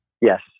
Yes